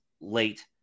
late